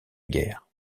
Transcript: guerre